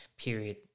period